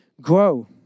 grow